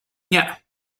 nie